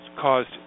caused